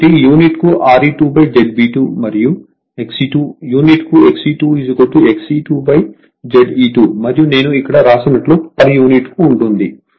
కాబట్టి యూనిట్కు Re2 Z B 2 మరియు Xe2 యూనిట్కు Xe2 Xe2 Ze2 మరియు నేను ఇక్కడ వ్రాసినట్లు పర్ యూనిట్కు ఉంటుంది